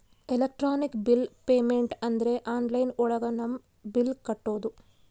electronic bill payment ಅಂದ್ರೆ online ಒಳಗ ನಮ್ ಬಿಲ್ ಕಟ್ಟೋದು